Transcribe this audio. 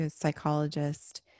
psychologist